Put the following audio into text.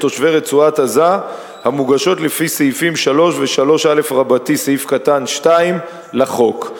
תושבי רצועת-עזה המוגשות לפי סעיפים 3 ו-3א(2) לחוק,